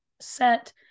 set